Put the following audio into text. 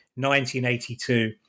1982